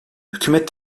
hükümet